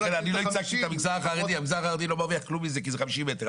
לכן לא ייצגתי את המגזר החרדי, כי זה 50 מטר.